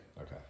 Okay